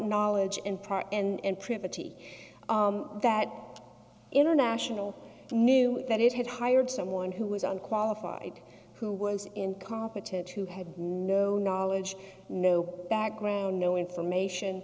knowledge and part and privity that international knew that it had hired someone who was unqualified who was incompetent who had no knowledge no background no information